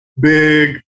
Big